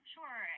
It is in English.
Sure